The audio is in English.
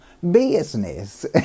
business